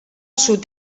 sud